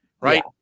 right